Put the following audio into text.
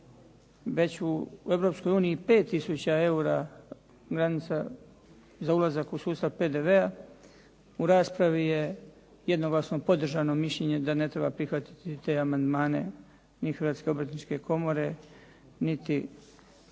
uniji 5 tisuća eura granica za ulazak u sustav PDV-a, u raspravi je jednoglasno podržano mišljenje da ne treba prihvatiti te amandmane ni Hrvatske obrtničke komore niti komore